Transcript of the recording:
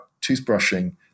toothbrushing